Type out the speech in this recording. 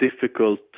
difficult